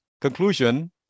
conclusion